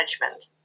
management